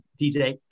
DJ